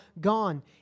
gone